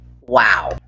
wow